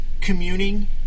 communing